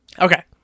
Okay